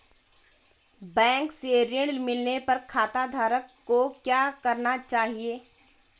Bank से ऋण मिलने पर खाताधारक को क्या करना चाहिए?